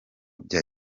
bya